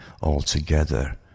altogether